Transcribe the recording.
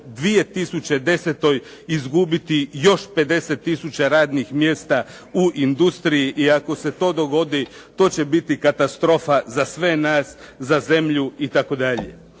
2010. izgubiti još 50 tisuća radnih mjesta u industriji i ako se to dogodi to će biti katastrofa za sve nas, za zemlju itd.